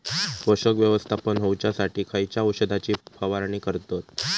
पोषक व्यवस्थापन होऊच्यासाठी खयच्या औषधाची फवारणी करतत?